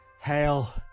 Hail